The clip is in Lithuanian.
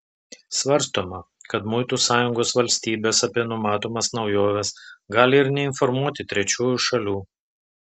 svarstoma kad muitų sąjungos valstybės apie numatomas naujoves gali ir neinformuoti trečiųjų šalių